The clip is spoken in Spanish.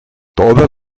todas